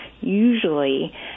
usually